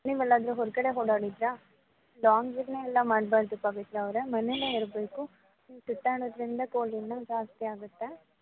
ನೀವು ಎಲ್ಲಾದ್ರೂ ಹೊರಗಡೆ ಓಡಾಡಿದ್ರ ಲಾಂಗ್ ಜರ್ನಿ ಎಲ್ಲ ಮಾಡಬಾರ್ದು ಪವಿತ್ರ ಅವರೆ ಮನೇಲ್ಲೆ ಇರಬೇಕು ನೀವು ಸುತ್ತಾಡೋದರಿಂದ ಕೊಲ್ಡ್ ಇನ್ನೂ ಜಾಸ್ತಿ ಆಗುತ್ತೆ